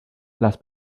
las